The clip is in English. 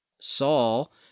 Saul